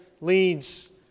leads